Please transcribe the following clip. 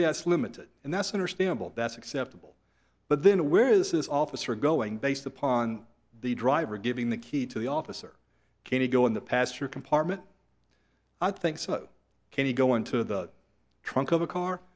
that's limited and that's understandable that's acceptable but then where this is officer going based upon the driver giving the key to the officer can he go in the passenger compartment i think so can you go into the trunk of a car